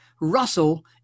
Russell